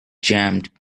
jammed